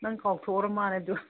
ꯅꯪ ꯀꯥꯎꯊꯣꯛꯎꯔꯃꯥꯜꯂꯦ ꯑꯗꯨ